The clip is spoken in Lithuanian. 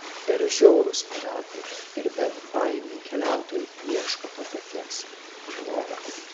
ir žiaurūs piratai ir bebaimiai keliautojai ieško to paties lobio